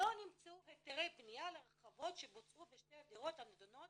לא נמצאו היתרי בניה להרחבות שבוצעו בשתי הדירות הנדונות